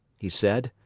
he said.